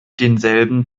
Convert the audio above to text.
denselben